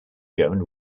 german